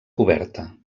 coberta